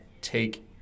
take